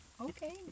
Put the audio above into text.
Okay